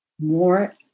more